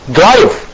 drive